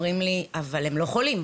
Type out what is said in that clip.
אבל אומרים לי שהם לא חולים.